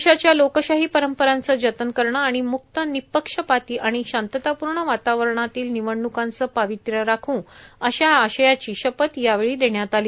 देशाच्या लोकशाही परंपरांचे जतन करणे आणि म्क्त निपक्षपाती आणि शांततापूर्ण वातावरणातील निवडण्कांचं पावित्र्य राखू अशा आशयाची शपथ यावेळी देण्यात आली